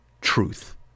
truth